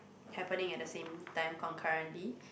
happening at the same time concurrently